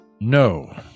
No